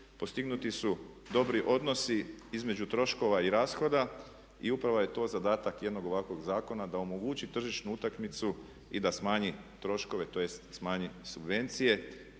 Postignuti su dobri odnosi između troškova i rashoda i upravo je to zadatak jednog ovakvog zakona da omogući tržišnu utakmicu i da smanji troškove tj. smanji subvencije,